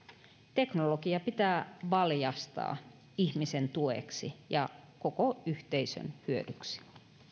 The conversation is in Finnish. teknologia pitää valjastaa ihmisen tueksi ja koko yhteisön hyödyksi